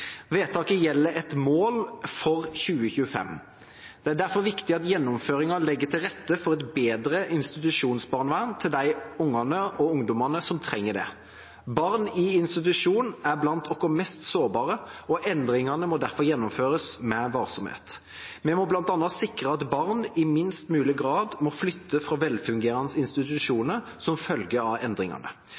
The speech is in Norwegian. Vedtaket gjelder et mål for 2025. Det er derfor viktig at gjennomføringen legger til rette for et bedre institusjonsbarnevern til de barna og ungdommene som trenger det. Barn i institusjon er blant våre mest sårbare, og endringer må derfor gjennomføres med varsomhet. Vi må bl.a. sikre at barn i minst mulig grad må flytte fra velfungerende institusjoner som følge av endringene.